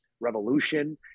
Revolution